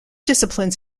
disciplines